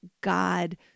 God